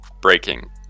breaking